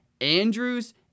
Andrews